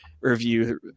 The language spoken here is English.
review